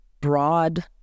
broad